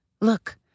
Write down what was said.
Look